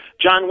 John